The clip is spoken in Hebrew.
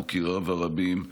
מוקיריו הרבים.